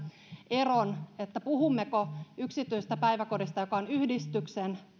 eron että puhummeko yksityisestä päiväkodista joka on yhdistyksen